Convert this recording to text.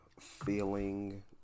Feeling